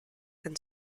and